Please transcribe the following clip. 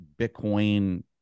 Bitcoin